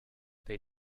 they